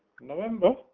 November